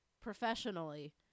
professionally—